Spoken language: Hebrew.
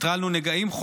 נטרלנו נגעים,